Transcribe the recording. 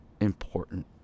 important